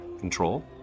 control